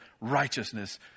righteousness